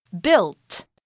built